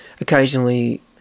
occasionally